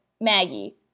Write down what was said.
Maggie